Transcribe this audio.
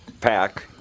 pack